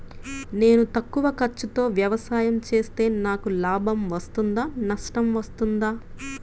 నేను తక్కువ ఖర్చుతో వ్యవసాయం చేస్తే నాకు లాభం వస్తుందా నష్టం వస్తుందా?